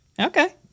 Okay